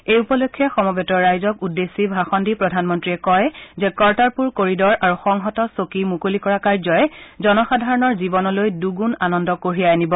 এই উপলক্ষে সমবেত ৰাইজক উদ্দেশ্যি ভাষণ দি প্ৰধানমন্ত্ৰীয়ে কয় যে কৰ্টাৰপুৰ কৰিডৰ আৰু সংহত চকী মুকলি কৰা কাৰ্যই জনসাধাৰণৰ জীৱনলৈ দুগুণ আনন্দ কঢ়িয়াই আনিব